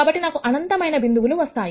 కాబట్టి నాకు అనంతమైన బిందువులు వస్తాయి